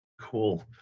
Cool